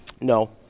No